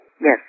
yes